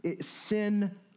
sin